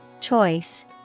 Choice